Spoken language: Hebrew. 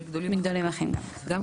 בבקשה.